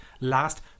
last